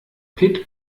pit